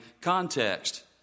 context